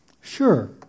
Sure